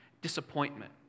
disappointment